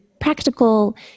practical